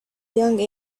young